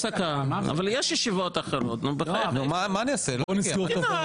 של חברי מועצת הרבנות הראשית לישראל) (הוראת שעה),